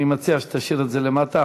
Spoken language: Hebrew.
אני מציע שתשאיר את זה למטה,